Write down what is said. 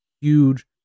huge